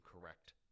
correct